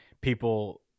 people